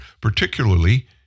particularly